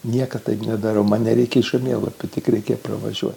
niekad taip nedarau man nereikia žemėlapio tik reikia pravažiuot